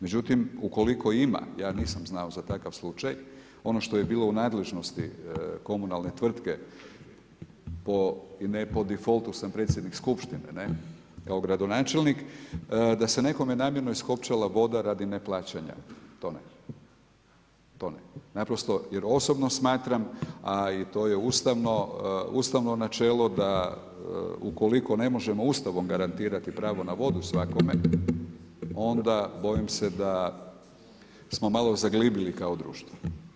Međutim, ukoliko ima, ja nisam znao za takav slučaj, ono što je bilo u nadležnosti komunalne tvrtke po i ne po difoltu sam predsjednik skupštine, kao gradonačelnik da se nekome namjerno iskopčala voda radi neplaćanja, to ne jer osobno smatram, a to je i Ustavno načelo da ukoliko ne možemo Ustavom garantirati pravo na vodu svakome onda bojim se da smo malo zaglibili kao društvo.